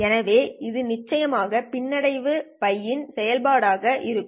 எனவே இது நிச்சயமாக பின்னடைவு τ யின் செயல்பாடாக இருக்கும்